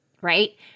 right